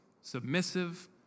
submissive